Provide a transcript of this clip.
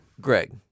Greg